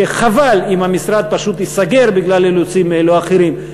חבל אם המשרד ייסגר בגלל אילוצים אלו או אחרים,